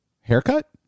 haircut